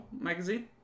magazine